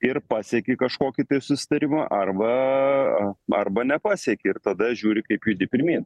ir pasieki kažkokį tai susitarimą arba arba nepasieki ir tada žiūri kaip judi pirmyn